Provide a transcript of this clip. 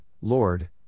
Lord